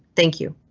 thank you.